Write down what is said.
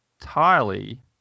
entirely